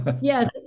Yes